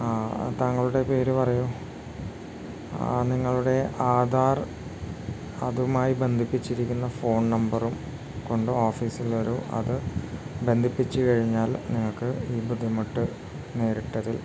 ആ താങ്കളുടെ പേര് പറയൂ നിങ്ങളുടെ ആധാർ അതുമായി ബന്ധിപ്പിച്ചിരിക്കുന്ന ഫോൺ നമ്പറും കൊണ്ട് ഓഫീസിൽ വരൂ അത് ബന്ധിപ്പിച്ചു കഴിഞ്ഞാൽ നിങ്ങൾക്ക് ഈ ബുദ്ധിമുട്ട് നേരിട്ടതിൽ